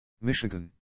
Michigan